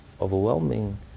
overwhelming